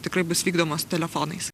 tikrai bus vykdomos telefonais